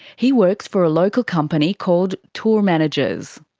he works for a local company called tour managers.